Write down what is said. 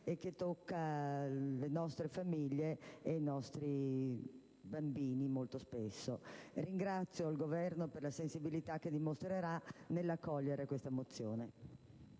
spesso le nostre famiglie e i nostri bambini. Ringrazio il Governo per la sensibilità che dimostrerà nell'accogliere questa mozione.